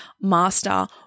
master